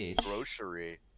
Grocery